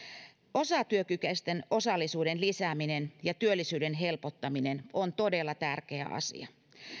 osatyökykyisten osallisuuden lisääminen ja työllisyyden helpottaminen on todella tärkeä asia